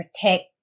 protect